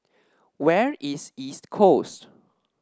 where is East Coast